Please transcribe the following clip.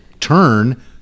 turn